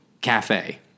cafe